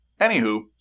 Anywho